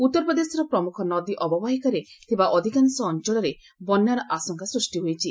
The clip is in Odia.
ଉତ୍ତର ପ୍ରଦେଶର ପ୍ରମୁଖ ନଦୀ ଅବବାହିକାରେ ଥିବା ଅଧିକାଂଶ ଅଞ୍ଚଳରେ ବନ୍ୟାର ଆଶଙ୍କା ସୃଷ୍ଟି ହୋଇଛି